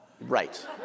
Right